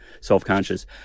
self-conscious